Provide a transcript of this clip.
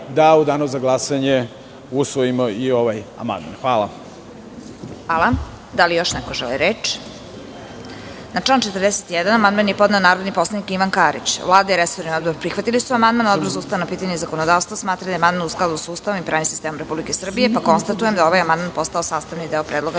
u danu za glasanje usvojimo i ovaj amandman. Hvala. **Vesna Kovač** Da li još neko želi reč? (Ne.)Na član 41. amandman je podneo narodni poslanik Ivan Karić. Vlada i resorni odbor prihvatili su amandman, a Odbor za ustavna pitanja i zakonodavstvo smatra da je amandman u skladu sa Ustavom i pravnim sistemom Republike Srbije, pa konstatujem da je ovaj amandman postao sastavni deo Predloga